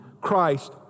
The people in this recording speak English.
Christ